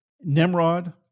Nimrod